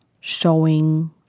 showing